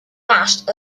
mashed